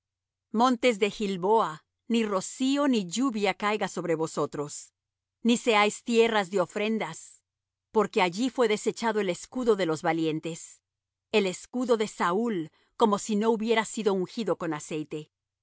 montes de gilboa ni rocío ni lluvia caiga sobre vosotros ni seáis tierras de ofrendas porque allí fué desechado el escudo de los valientes el escudo de saúl como si no hubiera sido ungido con aceite